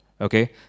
okay